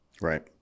Right